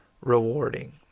rewarding